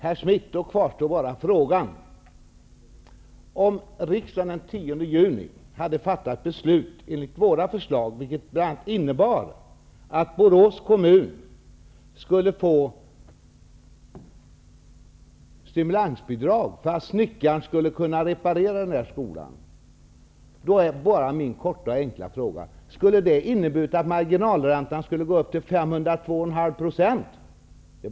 Fru talman! Då kvarstår bara frågan, herr Schmidt: Om riksdagen den 10 juni hade fattat beslut enligt våra förslag -- vilket bl.a. skulle ha inneburit att Borås kommun hade fått stimulansbidrag för att låta snickaren reparera skolan -- skulle då marginalräntan ha gått upp till 502,5 %?